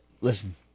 listen